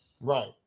right